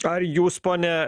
ar jūs pone